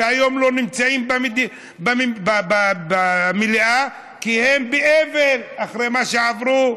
שהיום לא נמצאים במליאה כי הם באבל אחרי מה שעברו,